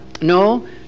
No